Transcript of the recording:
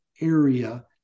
area